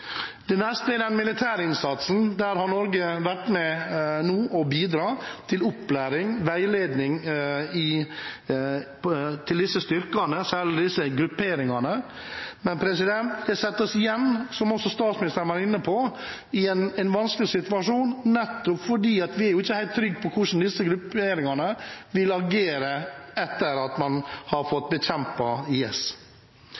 Det neste gjelder den militære innsatsen. Der har Norge vært med på å bidra til opplæring og veiledning av disse styrkene, særlig disse grupperingene. Men man settes igjen, som også statsministeren var inne på, i en vanskelig situasjon nettopp fordi vi ikke er helt trygge på hvordan disse grupperingene vil agere etter at man har